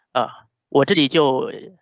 ah what did he do?